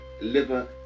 liver